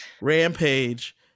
rampage